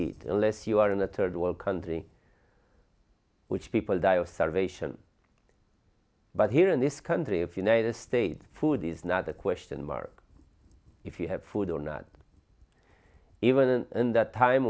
eat unless you are in a third world country in which people die of starvation but here in this country of united states food is not a question mark if you have food or not even and that time